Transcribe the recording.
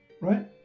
Right